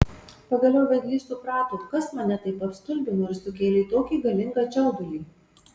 pagaliau vedlys suprato kas mane taip apstulbino ir sukėlė tokį galingą čiaudulį